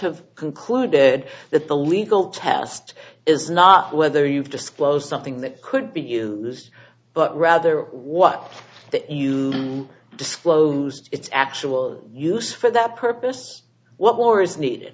have concluded that the legal test is not whether you've disclosed something that could be used but rather what that you disclosed its actual use for that purpose what more is needed